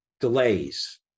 delays